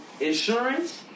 insurance